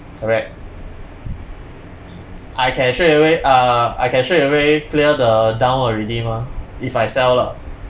correct I can straightaway uh I can straightaway clear the down already mah if I sell lah